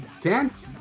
Dance